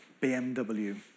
BMW